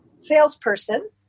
salesperson